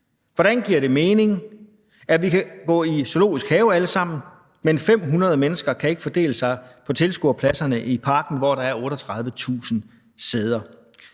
Hvordan giver det mening, at vi alle sammen kan gå i zoologisk have, men 500 mennesker kan ikke fordele sig på tilskuerpladserne i Parken, hvor der er 38.000 sæder?